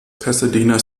pasadena